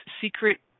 secret